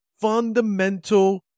fundamental